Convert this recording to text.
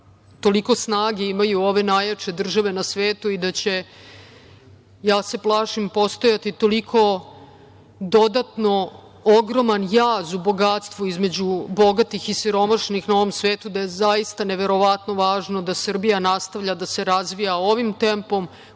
toliko snage imaju ove najjače države na svetu i da će, ja se plašim postojati toliko dodatno ogroman jaz u bogatstvu između bogatih i siromašnih na ovom svetu, da je zaista neverovatno važno da Srbija nastavlja da se razvija ovim tempom